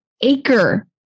acre